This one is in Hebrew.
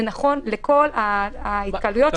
זה נכון לכל ההתקהלויות.